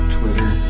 Twitter